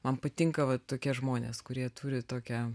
man patinka va tokie žmonės kurie turi tokią